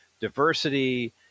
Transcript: diversity